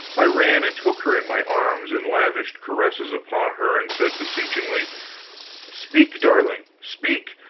i ran and took her in my arms, and lavished caresses upon her and said, beseechingly speak, darling, speak!